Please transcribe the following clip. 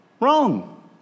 Wrong